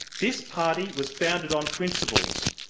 this party was founded on principles.